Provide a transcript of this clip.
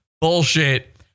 Bullshit